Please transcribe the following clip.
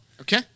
Okay